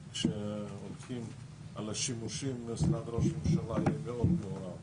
כשהולכים על השימושים משרד ראש הממשלה יהיה מאוד מעורב